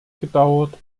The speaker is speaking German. gedauert